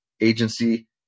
agency